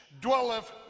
dwelleth